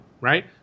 right